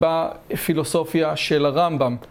ב...פילוסופיה של הרמב״ם.